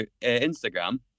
instagram